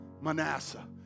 Manasseh